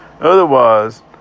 Otherwise